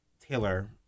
Taylor